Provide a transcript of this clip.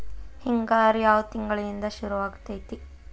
ಹಿಂಗಾರು ಯಾವ ತಿಂಗಳಿನಿಂದ ಶುರುವಾಗತೈತಿ?